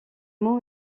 mot